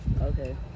Okay